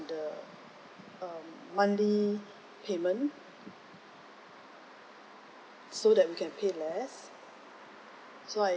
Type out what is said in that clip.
the um monthly payment so that we can pay less so I